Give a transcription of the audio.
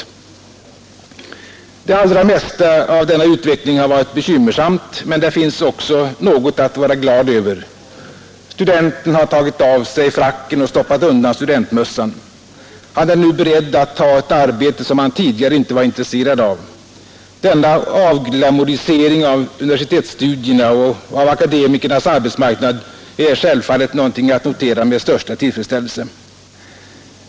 Det allra mesta av denna utveckling har varit bekymmersamt, men det finns också något att vara glad över: Studenten har tagit av sig fracken och stoppat undan studentmössan. Han är nu beredd att ta ett arbete som han tidigare inte var intresserad av. Denna avglamourisering av universitetsstudierna och av akademikernas arbetsmarknad är självfallet något att notera med största tillfredsställelse.